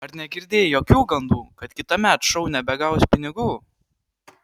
ar negirdėjai jokių gandų kad kitąmet šou nebegaus pinigų